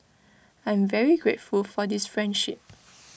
I'm very grateful for this friendship